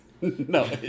no